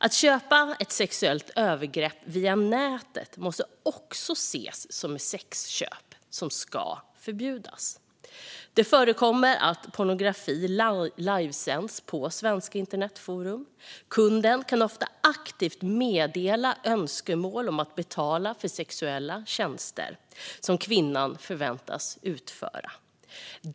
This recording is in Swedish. Att köpa ett sexuellt övergrepp via nätet måste också ses som ett sexköp som ska förbjudas. Det förekommer att pornografi livesänds på svenska internetforum. Kunden kan ofta aktivt meddela önskemål om att betala för sexuella tjänster som kvinnan förväntas utföra.